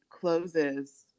closes